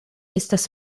estas